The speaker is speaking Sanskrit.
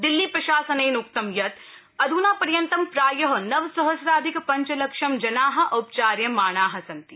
दिल्ली प्रशासनेन उक्तं यत् अधना पर्यन्त प्राय नव सहस्राधिक पञ्च लक्षं जना उपचार्यमाणा सन्ति